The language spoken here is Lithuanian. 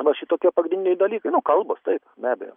va šitokie pagrindiniai dalykai nu kalbos taip be abejo